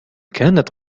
كانت